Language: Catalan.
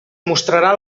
mostrarà